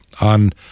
on